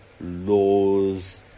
laws